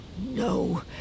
No